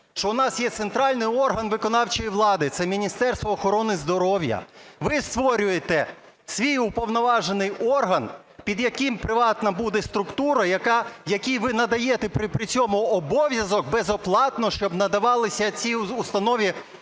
що у нас є центральний орган виконавчої влади – це Міністерство охорони здоров'я. Ви створюєте свій уповноважений орган, під яким приватна буде структура, якій ви надаєте при цьому обов'язок, безоплатно щоб надавалися цій установі